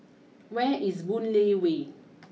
where is Boon Lay way